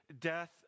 death